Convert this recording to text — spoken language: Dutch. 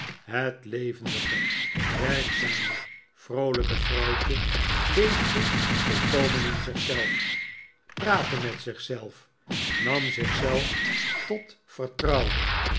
het levendige werkzame vroolijke vrouwtje leefde volkomen in zich zelf praatte met zich zelf nam zich zelf tot vertrouwde